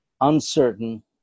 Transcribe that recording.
uncertain